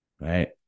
Right